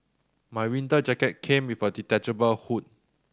my winter jacket came with a detachable hood